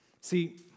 See